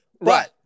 Right